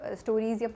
stories